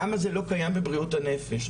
למה זה לא קיים בבריאות הנפש?